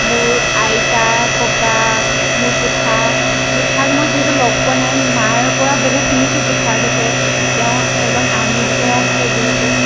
মোৰ আইতা ককা মোৰ পুথা পুথাক মই যিহেতু লগ পোৱা নাই মাৰ পৰা বহুত শুনিছোঁ পুথা বিষয়ে তেওঁ এজন আৰ্মী বিষয়া আছিলে যিহেতু